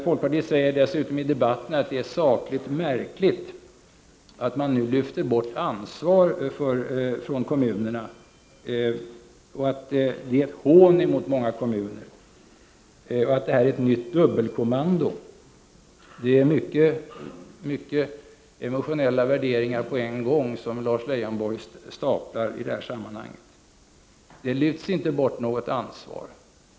Folkpartiet säger dessutom i debatten att det är sakligt märkligt att man nu lyfter bort ansvar från kommunerna, att det är ett hån mot många kommuner, och att det här innebär ett nytt dubbelkommando. Det är mycket emotionella värderingar som Lars Leijonborg staplar i det här sammanhanget. Det lyfts inte bort något ansvar.